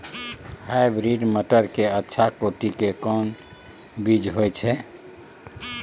Hybrid मटर के अच्छा कोटि के कोन बीज होय छै?